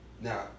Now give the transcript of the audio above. Now